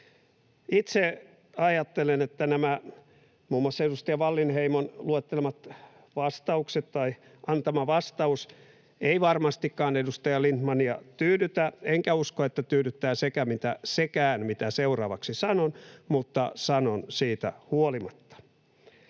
Itse ajattelen, että tämä muun muassa edustaja Wallinheimon antama vastaus ei varmastikaan edustaja Lindtmania tyydytä, enkä usko, että tyydyttää sekään, mitä seuraavaksi sanon, mutta sanon siitä huolimatta.